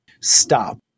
stop